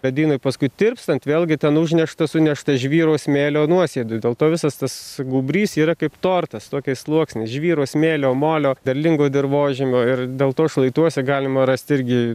ledynui paskui tirpstant vėlgi ten užnešta sunešta žvyro smėlio nuosėdų dėl to visas tas gūbrys yra kaip tortas tokiais sluoksniais žvyro smėlio molio derlingo dirvožemio ir dėl to šlaituose galima rasti irgi